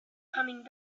coming